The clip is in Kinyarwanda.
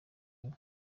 enye